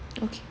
okay